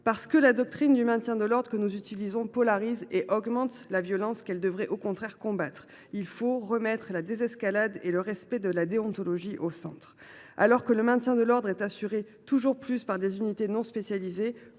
Parce que la doctrine de maintien de l’ordre que nous utilisons polarise et augmente la violence qu’elle devrait au contraire combattre, il faut remettre la désescalade et le respect de la déontologie au centre. Alors que le maintien de l’ordre est assuré toujours plus par des unités non spécialisées,